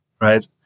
right